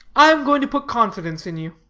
i am going to put confidence in you.